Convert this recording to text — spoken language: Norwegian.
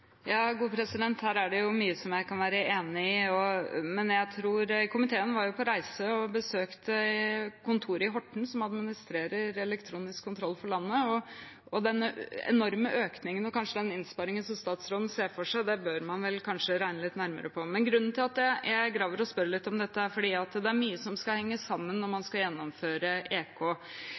besøkte kontoret i Horten som administrerer elektronisk kontroll for landet, og den enorme økningen og kanskje innsparingen som statsråden ser for seg, tror jeg kanskje man bør regne litt nærmere på. Grunnen til at jeg spør og graver om dette, er at det er mye som skal henge sammen når man skal gjennomføre EK.